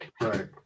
right